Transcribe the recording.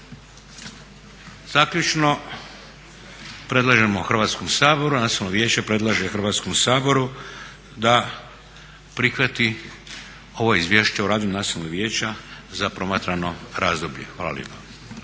saboru, Nacionalno vijeće predlaže Hrvatskom saboru da prihvati ovo izvješće o radu Nacionalnog vijeća za promatrano razdoblje. Hvala lijepa.